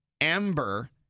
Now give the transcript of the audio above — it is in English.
Amber